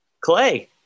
Clay